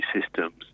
systems